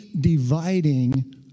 dividing